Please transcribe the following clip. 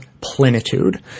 Plenitude